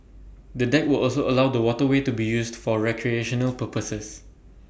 the deck will also allow the waterway to be used for recreational purposes